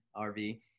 RV